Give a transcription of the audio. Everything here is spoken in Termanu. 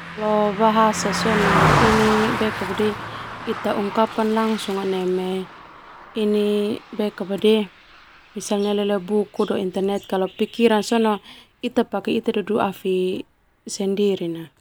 Bahasa sona ini ita ungkapkan langsung neme buku internet, kalo pikiran sona ita pake ita duduafi sendiri na.